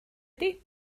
ydy